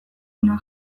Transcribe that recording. ona